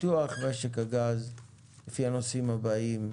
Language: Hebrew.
פיתוח משק הגז לפי נושאים הבאים: